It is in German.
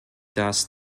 dass